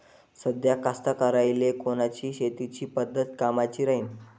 साध्या कास्तकाराइले कोनची शेतीची पद्धत कामाची राहीन?